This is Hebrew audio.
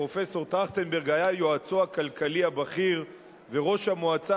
פרופסור טרכטנברג היה יועצו הכלכלי הבכיר וראש המועצה